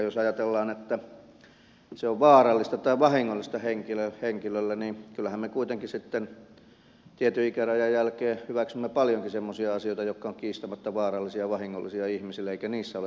jos ajatellaan että se on vaarallista tai vahingollista henkilölle niin kyllähän me kuitenkin sitten tietyn ikärajan jälkeen hyväksymme paljonkin semmoisia asioita jotka ovat kiistämättä vaarallisia ja vahingollisia ihmisille eikä niissä ole täyskieltoa